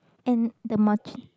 and the match~